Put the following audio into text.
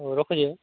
ହଉ ରଖୁଛି